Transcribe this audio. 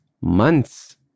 months